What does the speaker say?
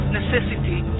necessity